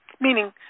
Meaning